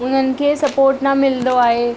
उन्हनि खे सपोर्ट न मिलंदो आहे